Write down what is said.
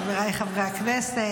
חבריי חברי הכנסת,